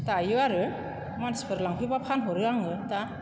दायो आरो मानसिफोर लांफैब्ला फानहरो दा